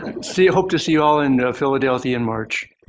and see hope to see you all in philadelphia in march.